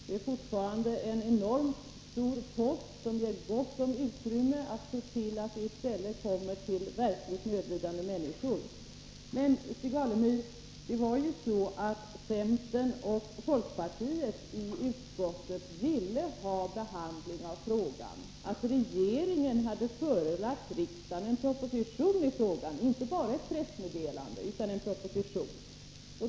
Det är fortfarande en enormt stor post, och vi borde se till att den i stället kommer verkligt nödlidande människor till godo. Men, Stig Alemyr, centern och folkpartiet i utskottet ville ha behandling av frågan nu, och regeringen hade förelagt riksdagen en proposition, inte bara ett pressmeddelande.